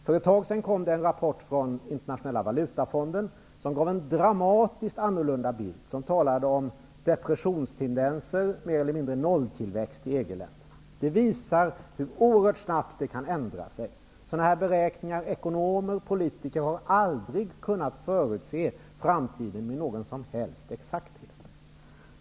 För en tid sedan kom en rapport från Internationella valutafonden med en dramatiskt annorlunda bild. Det talades om depressionstendenser och mer eller mindre nolltillväxt i EG-länderna. Detta visar hur oerhört snabbt en förändring sker. När det gäller sådana här beräkningar har ekonomer och politiker aldrig kunnat förutse framtiden med någon som helst exakthet.